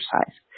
exercise